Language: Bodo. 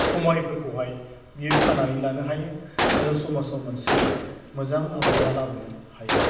समायफोरखौहाय बियो खानानै लानो हायो आरो समाजाव मोनसे मोजां आबहावा लाबोनो हायो